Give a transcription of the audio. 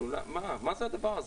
מה זה הדבר הזה?